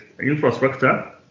infrastructure